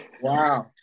Wow